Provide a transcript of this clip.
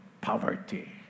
poverty